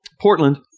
Portland